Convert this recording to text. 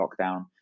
lockdown